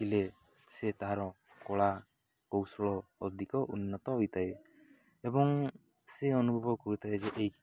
ଶିଖିଲେ ସେ ତାର କଳା କୌଶଳ ଅଧିକ ଉନ୍ନତ ହୋଇଥାଏ ଏବଂ ସେ ଅନୁଭବ କରିଥାଏ ଯଦି